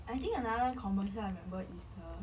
I think another commercial I remember is the